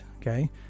okay